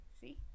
See